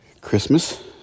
Christmas